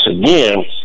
again